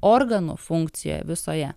organų funkcijoj visoje